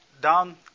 down